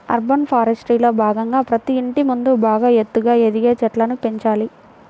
urban ఫారెస్ట్రీలో భాగంగా ప్రతి ఇంటి ముందు బాగా ఎత్తుగా ఎదిగే చెట్లను పెంచాలి